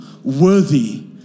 worthy